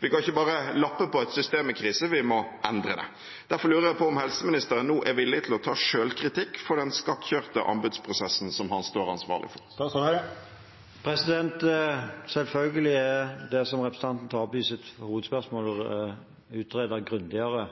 Vi kan ikke bare lappe på et system i krise, vi må endre det. Derfor lurer jeg på om helseministeren nå er villig til å ta selvkritikk for den skakkjørte anbudsprosessen som han står ansvarlig for. Selvfølgelig er det representanten tar opp i sitt hovedspørsmål, utredet grundigere,